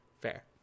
Fair